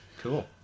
Cool